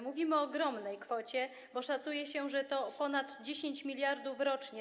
Mówimy o ogromnej kwocie, bo szacuje się, że to ponad 10 mld rocznie.